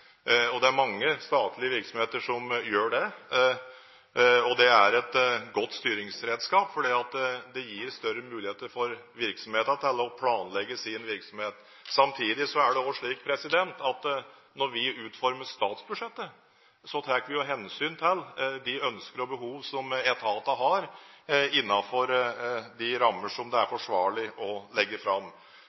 regnskapsregler. Det er mange statlige virksomheter som gjør det. Det er et godt styringsredskap, fordi det gir større muligheter for virksomheter til å planlegge sin virksomhet. Samtidig er det slik at når vi utformer statsbudsjettet, tar vi hensyn til de ønsker og behov som etater har, innenfor de rammer som det er forsvarlig å legge fram.